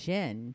Jen